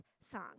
song